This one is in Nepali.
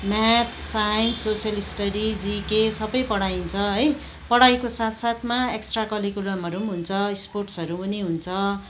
म्याथ साइन्स सोसियल स्टडिज जिके सबै पढाइन्छ है पढाइको साथ साथमा एक्स्ट्रा करिकुलमहरू पनि हुन्छ स्पोर्ट्सहरू पनि हुन्छ